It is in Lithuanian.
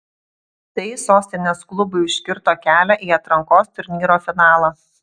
tai sostinės klubui užkirto kelią į atrankos turnyro finalą